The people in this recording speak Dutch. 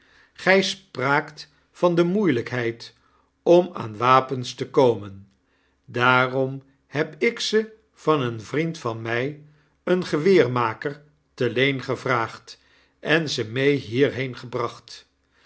gy spraakt van de moeielykheid om aan wapens te komen daarom heb ik ze van een vriend van my een geweermaker te leen gevraagd en ze mee hierheen gebracht